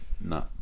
No